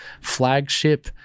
Flagship